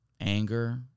anger